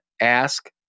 ask